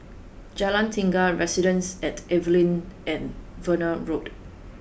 Jalan Tiga Residences at Evelyn and Verde Road